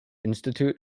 institute